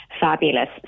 fabulous